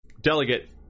Delegate